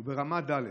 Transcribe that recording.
וברמה ד',